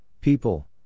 people